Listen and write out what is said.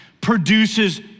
produces